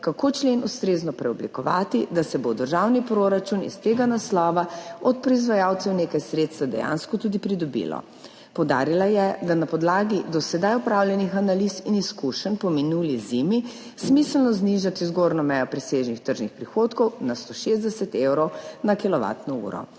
kako člen ustrezno preoblikovati, da se bo v državni proračun iz tega naslova od proizvajalcev nekaj sredstev dejansko tudi pridobilo. Poudarila je, da je na podlagi do sedaj opravljenih analiz in izkušenj po minuli zimi smiselno znižati zgornjo mejo presežnih tržnih prihodkov na 160 evrov na